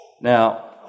Now